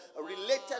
related